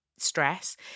stress